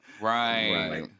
Right